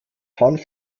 hanf